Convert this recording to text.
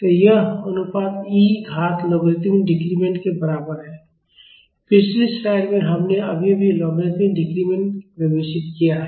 तो यह अनुपात e घात लॉगरिदमिक डिक्रीमेंट के बराबर है पिछली स्लाइड में हमने अभी अभी लॉगरिदमिक डिक्रीमेंट परिभाषित किया है